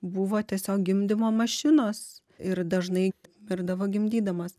buvo tiesiog gimdymo mašinos ir dažnai mirdavo gimdydamos